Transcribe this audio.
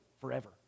forever